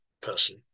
person